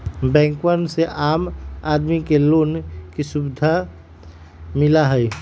बैंकवन से आम आदमी के लोन के भी सुविधा मिला हई